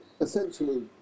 essentially